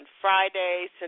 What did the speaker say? Friday